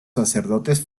sacerdotes